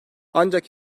ancak